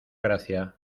gracia